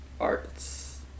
arts